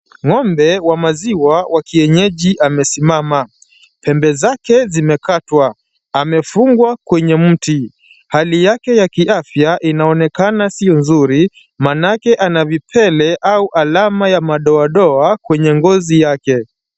Ng'ombe wa maziwa wa kienyeji amesimama. Pembe zake zimekatwa. Amefungwa kwenye mti. Hali yake ya kiafya inaonekana sio nzuri maanake ana vipele au alama ya madoadoa kwenye ngozi yake.